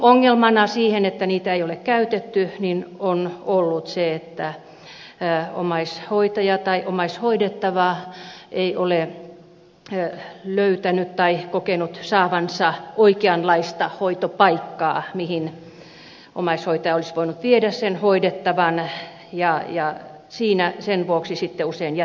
ongelmana siinä että niitä ei ole käytetty on ollut se että omaishoitaja tai omaishoidettava ei ole löytänyt tai kokenut saavansa oikeanlaista hoitopaikkaa mihin omaishoitaja olisi voinut viedä sen hoidettavan ja sen vuoksi usein jätetään ne sitten käyttämättä